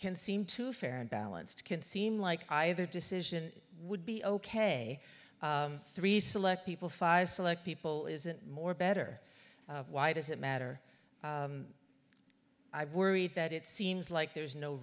can seem to fair and balanced can seem like either decision would be ok three select people five select people isn't more better why does it matter i worry that it seems like there's no